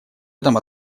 этом